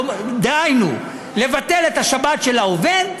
דהיינו לבטל את השבת של העובד,